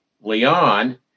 Leon